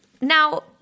Now